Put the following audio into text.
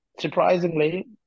surprisingly